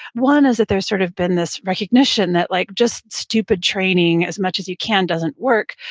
one is that there's sort of been this recognition that like just stupid training as much as you can doesn't work.